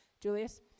Julius